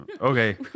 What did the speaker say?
Okay